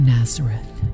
Nazareth